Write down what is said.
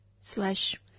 slash